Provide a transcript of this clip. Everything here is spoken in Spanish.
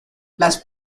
las